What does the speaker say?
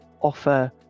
offer